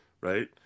right